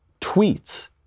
tweets